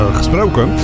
gesproken